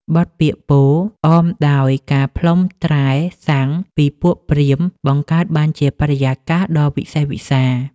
បទពោលអមដោយការផ្លុំត្រែស័ង្ខពីពួកព្រាហ្មណ៍ បង្កើតបានជាបរិយាកាសដ៏វិសេសវិសាល។